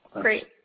Great